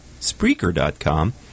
Spreaker.com